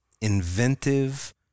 inventive